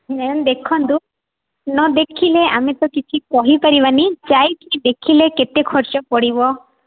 ma'am ଦେଖନ୍ତୁ ନ ଦେଖିଲେ ଆମେ ତ କିଛି କହିପାରିବାନି ଯାଇକି ଦେଖିଲେ କେତେ ଖର୍ଚ୍ଚ ପଡ଼ିବ